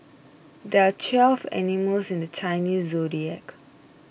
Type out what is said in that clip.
there are twelve animals in the Chinese zodiac